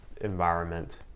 environment